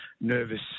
nervous